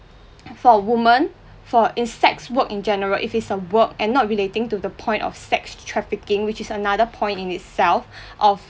for women for in sex work in general if it's a work and not relating to the point of sex trafficking which is another point in itself of